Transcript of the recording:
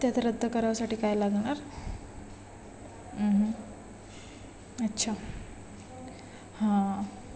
ते तर रद्द करायसाठी काय लागणार अच्छा हां